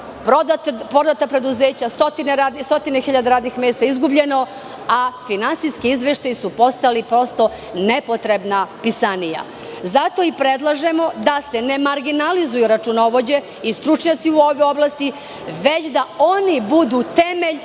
prodata preduzeća, stotine hiljada radnih mesta je izgubljeno, a finansijski izveštaji su postali prosto nepotrebna pisanija. Zato predlažemo da se ne marginalizuju računovođe i stručnjaci u ovoj oblasti, već da oni budu temelj